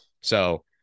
So-